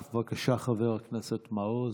בבקשה, חבר הכנסת מעוז.